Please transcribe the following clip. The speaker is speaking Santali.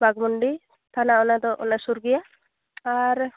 ᱵᱟᱜᱷᱢᱩᱱᱰᱤ ᱛᱷᱟᱱᱟ ᱚᱱᱟ ᱫᱚ ᱚᱱᱟ ᱥᱩᱨ ᱜᱮᱭᱟ ᱟᱨ